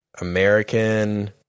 American